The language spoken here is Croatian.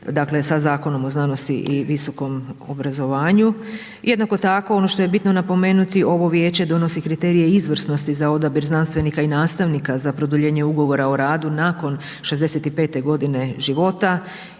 dakle sa Zakonom o znanosti i visokom obrazovanju. Jednako tako ono što je bitno napomenuti ovo vijeće donosi kriterije izvrsnosti za odabir znanstvenika i nastavnika za produljenje Ugovora o radu nakon 65.g. života,